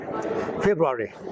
February